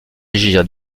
agir